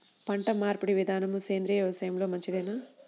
పంటమార్పిడి విధానము సేంద్రియ వ్యవసాయంలో మంచిదేనా?